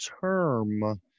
term